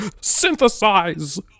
synthesize